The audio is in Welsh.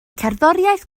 cerddoriaeth